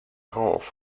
half